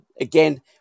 again